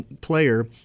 player